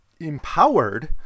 empowered